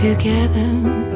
together